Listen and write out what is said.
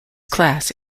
class